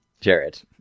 Jared